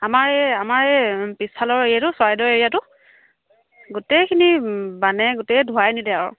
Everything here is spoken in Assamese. আমাৰ এই আমাৰ এই পিছফালৰ এৰিয়াটো চৰাইদেউ এৰিয়াটো গোটেইখিনি বানে গোটেই ধুৱাই নিলে আৰু